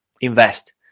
invest